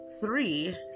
three